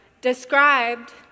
described